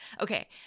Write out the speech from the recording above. Okay